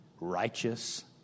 Righteous